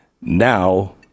now